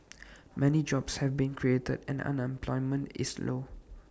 many jobs have been created and unemployment is low